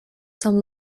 some